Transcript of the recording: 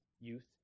youth